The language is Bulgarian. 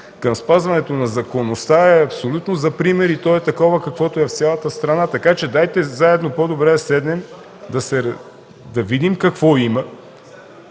към спазването на законността е абсолютно за пример, и то е такова, каквото е в цялата страна, така че дайте заедно – по-добре да седнем, да видим какво има,